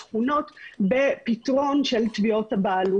היום לא עובדת ואף פעם לא עבדה.